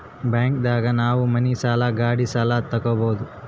bank ದಾಗ ನಾವ್ ಮನಿ ಸಾಲ ಗಾಡಿ ಸಾಲ ತಗೊಬೋದು